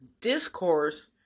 discourse